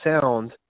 sound